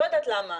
לא יודעת למה.